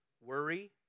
worry